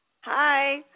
Hi